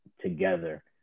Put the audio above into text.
together